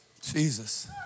Jesus